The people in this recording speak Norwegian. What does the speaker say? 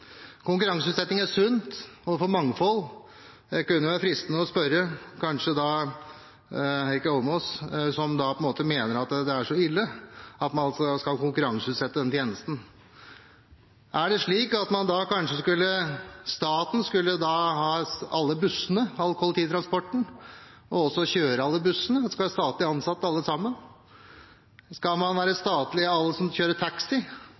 Konkurranseutsetting er sunt for mangfoldet. Det kunne være fristende å spørre Heikki Eidsvoll Holmås, som mener det er så ille at man skal konkurranseutsette denne tjenesten: Er det slik at staten kanskje da skulle ha alle bussene, all kollektivtransporten, og også kjøre alle bussene, at de skal være statlig ansatte alle sammen? Skal alle som kjører taxi